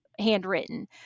handwritten